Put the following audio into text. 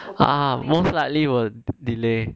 ah most likely will delay